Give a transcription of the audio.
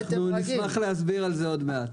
אנחנו נשמח להסביר על זה עוד מעט.